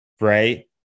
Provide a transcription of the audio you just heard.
right